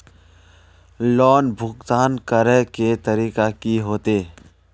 Loan भुगतान करे के तरीका की होते?